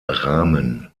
rahmen